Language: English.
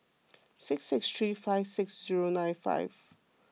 six six three five six zero nine five